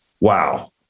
wow